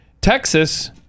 Texas